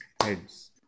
heads